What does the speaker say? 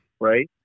Right